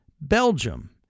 Belgium